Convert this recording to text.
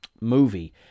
movie